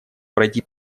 пройти